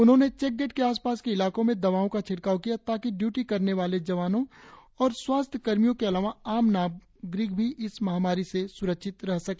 उन्होंने check gate के आसपास के इलाकों में दवाओं का छिड़काव किया ताकि ड्य्टी करने जवना और स्वास्थ्य कर्मी के अलावा आम नागरिक भी इस महामारी से सुरक्षित रह सके